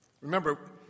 Remember